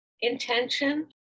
intention